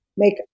make